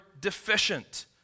deficient